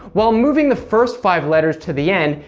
while moving the first five letters to the end,